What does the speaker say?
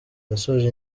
yasoje